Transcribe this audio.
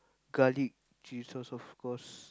garlic chili sauce of course